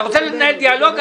אתה רוצה לנהל דיאלוג?